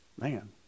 Man